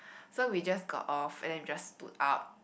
so we just got off and then we just stood up